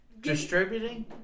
Distributing